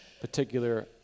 particular